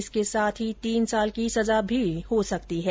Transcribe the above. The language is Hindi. इसके साथ ही तीन साल की सजा भी हो सकती है